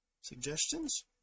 suggestions